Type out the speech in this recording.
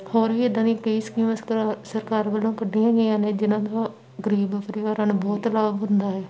ਹੋਰ ਵੀ ਇੱਦਾਂ ਦੀਆਂ ਕਈ ਸਕੀਮਾਂ ਸਰਕਾਰ ਸਰਕਾਰ ਵੱਲੋਂ ਕੱਢੀਆਂ ਗਈਆਂ ਨੇ ਜਿਨ੍ਹਾਂ ਦਾ ਗਰੀਬ ਪਰਿਵਾਰਾਂ ਨੂੰ ਬਹੁਤ ਲਾਭ ਹੁੰਦਾ ਹੈ